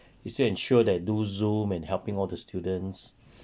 to still ensure that do zoom and helping all the students